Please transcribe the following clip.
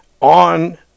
On